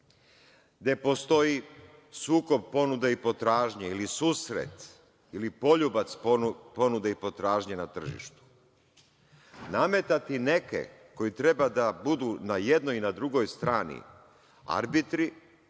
gde postoji sukob ponuda i potražnje ili susret ili poljubac ponude i potražnje na tržištu, nametati neke koji treba da budu na jednoj i na drugoj strani arbitri